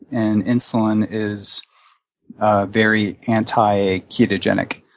and insulin is very anti ketogenic.